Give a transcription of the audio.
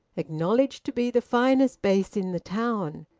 acknowledged to be the finest bass in the town,